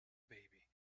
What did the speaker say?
baby